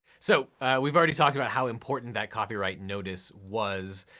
so we've already talked about how important that copyright notice was.